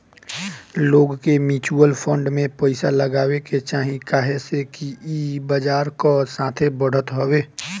लोग के mutual fund में पइसा लगावे के चाही काहे से कि ई बजार कअ साथे बढ़त हवे